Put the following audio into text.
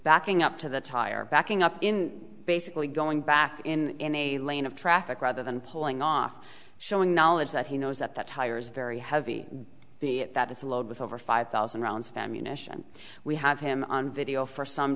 backing up to the tire backing up in basically going back in in a lane of traffic rather than pulling off showing knowledge that he knows that that tire is very heavy the that it's a load with over five thousand rounds of ammunition we have him on video for some